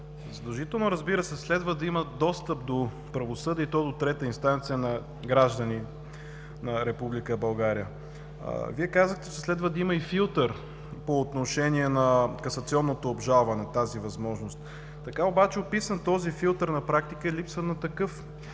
Задължително, разбира се, следва да има достъп до правосъдието, и то до трета инстанция, на гражданите на Република България. Вие казахте, че следва да има и филтър по отношение на касационното обжалване – тази възможност. Така обаче описан, този филтър на практика е липса на такъв,